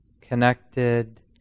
connected